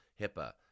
HIPAA